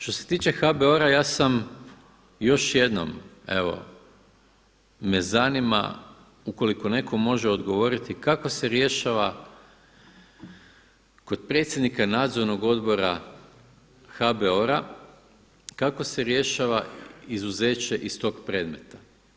Što se tiče HBOR-a ja sam još jednom evo me zanima ukoliko neko može odgovoriti, kako se rješava kod predsjednika Nadzornog odbora HBOR-a kako se rješava izuzeće iz tog predmeta?